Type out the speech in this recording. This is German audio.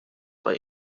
bei